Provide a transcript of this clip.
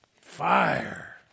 fire